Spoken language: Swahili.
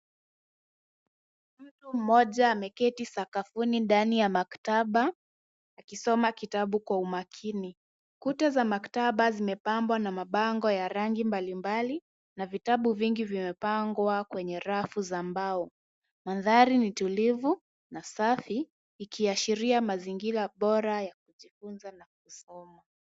Mmmoja ameketi sakafuni ndani ya maktaba akisoma kitabu kwa umakini. Kuta za maktaba zimepabwa na mabango ya rangi mbali mbali na vitabu vingi vimepagwa kwenye rafu za bao. Mandhari ni tulivu na safi ikiashiria mazigira bora ya kujifunza na kusoma.